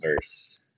verse